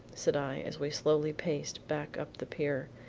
said i as we slowly paced back up the pier,